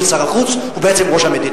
ששר החוץ הוא בעצם ראש המדינה.